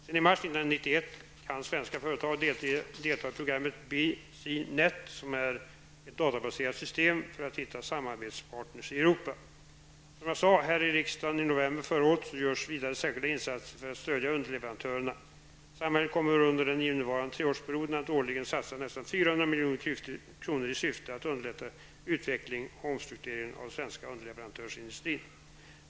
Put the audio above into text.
Sedan i mars 1991 kan svenska företag delta i programmet BC--NET, som är ett databaserat system för att hitta samarbetspartner i Som jag sade här i riksdagen i november förra året görs vidare särskilda insatser för att stödja underleverantörerna. Samhället kommer under den innevarande treårsperioden att årligen satsa nästan 400 milj.kr. i syfte att underlätta utveckling och omstrukturering av den svenska underleverantörsindustrin.